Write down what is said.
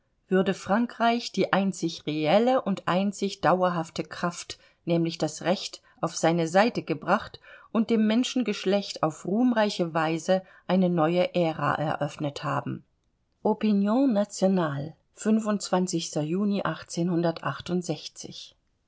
würde frankreich die einzig reelle und einzig dauerhafte kraft nämlich das recht auf seine seite gebracht und dem menschengeschlecht auf ruhmreiche weise eine neue ära eröffnet haben